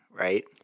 right